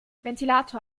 ventilator